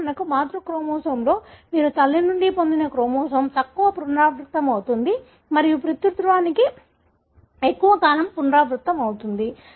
ఉదాహరణకు మాతృ క్రోమోజోమ్లో మీరు తల్లి నుండి పొందిన క్రోమోజోమ్ తక్కువ పునరావృతమవుతుంది మరియు పితృత్వానికి ఎక్కువ కాలం పునరావృతమవుతుంది